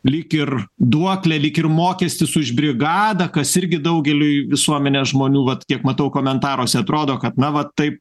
lyg ir duoklė lyg ir mokestis už brigadą kas irgi daugeliui visuomenės žmonių vat kiek matau komentaruose atrodo kad na va taip